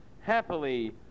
happily